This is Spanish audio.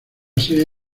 serie